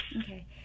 Okay